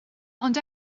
ond